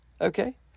Okay